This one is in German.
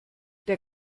der